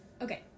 Okay